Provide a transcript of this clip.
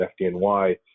FDNY